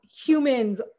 humans